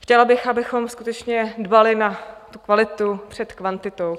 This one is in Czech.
Chtěla bych, abychom skutečně dbali na kvalitu před kvantitou.